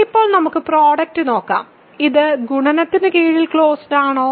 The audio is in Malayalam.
ഇപ്പോൾ നമുക്ക് പ്രോഡക്റ്റ് നോക്കാം ഇത് ഗുണനത്തിന് കീഴിൽ ക്ലോസ്ഡ് ആണോ